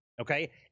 Okay